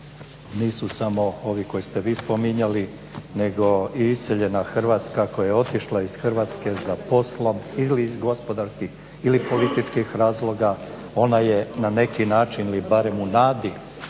nisu samo ovi koje ste vi spominjali nego i iseljena Hrvatska koja je otišla iz Hrvatske za poslom ili iz gospodarskih ili političkih razloga, ona je na neki način ili barem u nadi